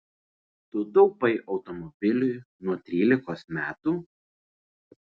tu taupai automobiliui nuo trylikos metų